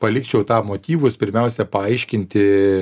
palikčiau tą motyvus pirmiausia paaiškinti